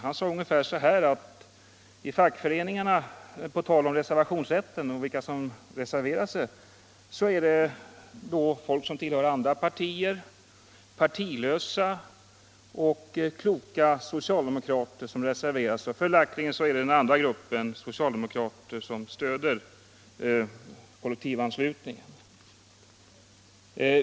Han sade ungefär så här på tal om reservationsrätten och dem som reserverar sig: Det är folk som tillhör andra partier, partilösa och kloka socialdemokrater. Följaktligen är det den andra gruppen socialdemokrater som stöder kollektivanslutningen.